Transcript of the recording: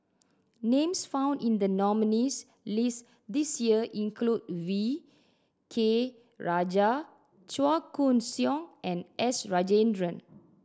names found in the nominees' list this year include V K Rajah Chua Koon Siong and S Rajendran